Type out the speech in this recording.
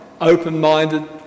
open-minded